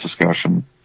discussion